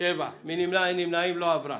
לא נתקבלה